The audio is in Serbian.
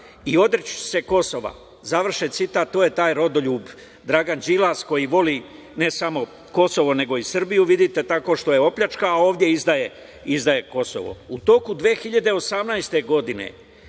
i odreći ću se Kosova", završen citat. To je taj rodoljub Dragan Đilas koji voli ne samo Kosovo, nego i Srbiju, vidite, tako što je opljačkao, a ovde izdaje Kosovo.U